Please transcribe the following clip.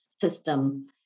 system